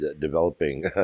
developing